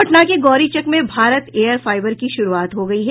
पटना के गौरीचक में Bharat air fibre की शुरूआत हो गयी है